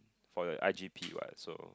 for your I G_P what so